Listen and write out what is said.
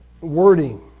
wording